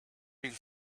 been